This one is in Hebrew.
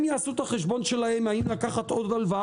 הם יעשו את החשבון שלהם האם לקחת עוד הלוואה